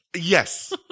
Yes